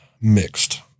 Mixed